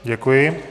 Děkuji.